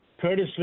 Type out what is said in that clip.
Curtis